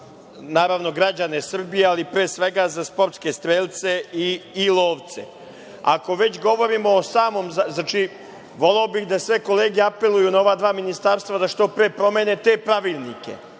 naravno, građane Srbije, ali pre svega za sportske strelce i lovce. Ako već govorimo, voleo bih da sve kolege apeluju na ova dva ministarstva da što pre promene te pravilnike